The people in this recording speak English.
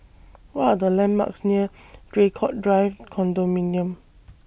What Are The landmarks near Draycott Drive Condominium